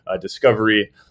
discovery